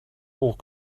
hoch